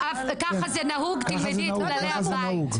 ככה זה נהוג, תלמדי את כללי הבית.